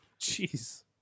Jeez